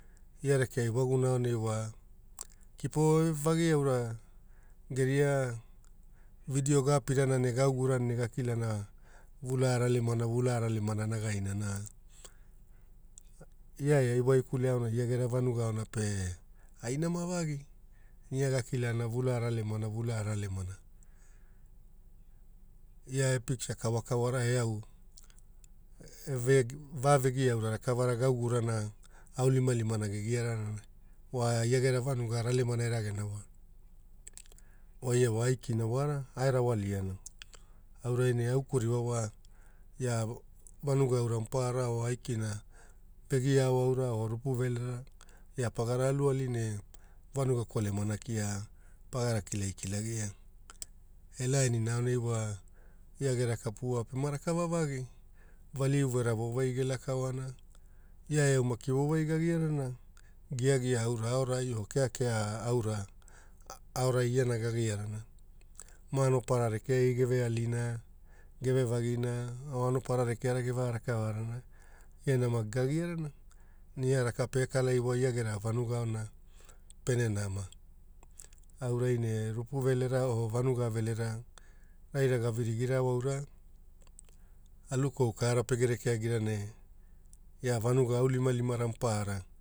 Ia rekea ewagumuna anai wa kipo evevagi auro geria vidio gaapirana gaurana gakilana vulaa ralemana. Vula a ralemana nagaina na ia ewaikule aonai ia gera vanuga aona pe ai namavagi, ia gakilana vula ralemana, vulaa ralemana, ia e piksa kawa kawara eau evavegia rakavara gauarana aoni limalima gegirana wa ia gera vanuga ralemana eragena wa voia vo aikina wara aerawaliana. Auraine au geku ririwa wa ia vanuga aura maparara wa aikana o vegiao aura o rupu velera ia pagara alu ali ne vanuga kolemana kia pagara kilagi kilagia e lainina aonai wa ia gera kapu ao pene rakava vagi, vali uvera vovagi gelaka oana, iaoiao maki vovagi agiarana giagia aura aorai o kekea aura aorai iana agiarana. Maanopara rekea geve alina gevevagina, manopara geleka gevea rakavarana, ia nama gagiarana. Ia raka pe kala iwa ia gera vanua aona pene nama auraine rupu velera o vanuga velera raira gavirigirao aura, alukou kara pegere keagira ne ia vanuga aunilimalima maparara